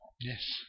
Yes